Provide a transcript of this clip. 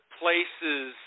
places